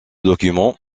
document